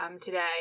today